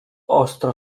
ostro